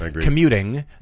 commuting